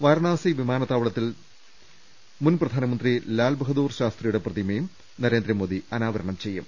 വാരണാസി വിമാനത്താ വളത്തിൽ മുൻ പ്രധാനമന്ത്രി ലാൽബഹാദൂർ ശാസ്ത്രിയുടെ പ്രതിമയും നരേന്ദ്രമോദി അനാവരണം ചെയ്യും